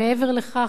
מעבר לכך,